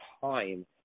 time